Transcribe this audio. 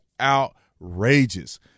outrageous